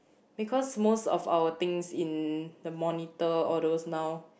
because most of our things in the monitor all those now